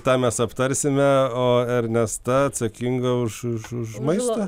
tą mes aptarsime o ernesta atsakinga už už už maistą